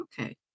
okay